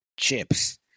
Chips